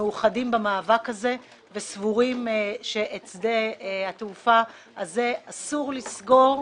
מאוחדים במאבק הזה וסבורים שאת שדה התעופה הזה אסור לסגור.